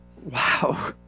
Wow